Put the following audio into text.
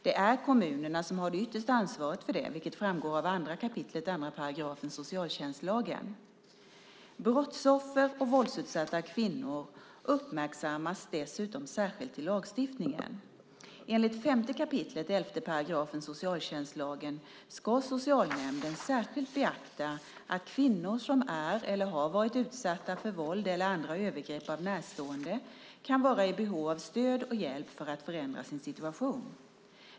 Det är kommunerna som har det yttersta ansvaret för det, vilket framgår av 2 kap. 2 § socialtjänstlagen. Brottsoffer och våldsutsatta kvinnor uppmärksammas dessutom särskilt i lagstiftningen. Enligt 5 kap. 11 § socialtjänstlagen ska socialnämnden särskilt beakta att kvinnor som är eller har varit utsatta för våld eller andra övergrepp av närstående kan vara i behov av stöd och hjälp för att förändra sin situation.